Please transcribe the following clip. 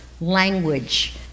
language